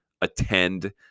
attend